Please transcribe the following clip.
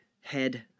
head